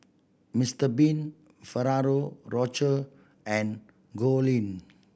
Mister Bean Ferrero Rocher and Goldlion